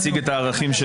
תודה רבה.